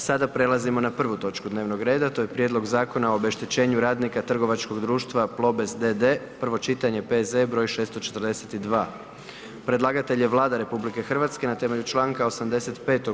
A sada prelazimo na prvu točku dnevnog reda, to je: - Prijedlog zakona o obeštećenju radnika Trgovačkog društva „Plobest d.d.“, prvo čitanje, P.Z. br. 642 Predlagatelj je Vlada RH na temelju članka 85.